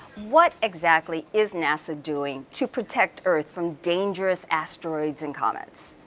what exactly is nasa doing to protect earth from dangerous asteroids and comets?